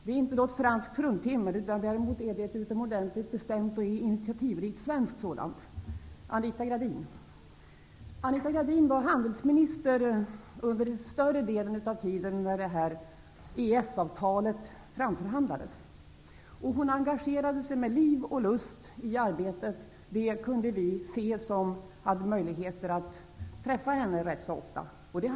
Det är inget franskt fruntimmer, utan det är ett utomordentligt bestämt och initiativrikt svenskt sådant, nämligen Anita Anita Gradin var handelsminister under större delen av den period då EES-avtalet förhandlades fram. Hon engagerade sig med liv och lust i arbetet. Vi som hade möjlighet att träffa henne ganska ofta kunde se detta.